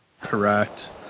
Correct